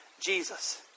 Jesus